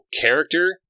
character